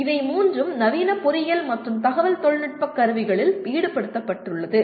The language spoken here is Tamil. இவை மூன்றும் நவீன பொறியியல் மற்றும் தகவல் தொழில்நுட்பக் கருவிகளில் ஈடுபடுத்தபட்டுள்ளது